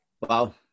Wow